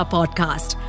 Podcast